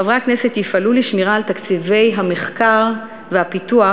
חברי הכנסת יפעלו לשמירה על תקציבי המחקר והפיתוח,